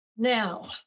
Now